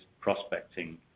prospecting